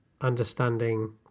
understanding